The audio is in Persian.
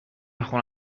خونه